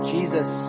Jesus